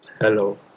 Hello